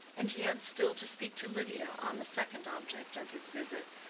and he had still to speak to lydia on the second object of his visit,